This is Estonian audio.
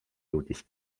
jõudis